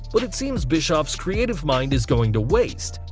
but it seems bischoff's creative mind is going to waste,